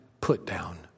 put-down